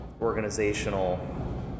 organizational